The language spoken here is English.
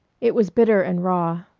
it was bitter and raw.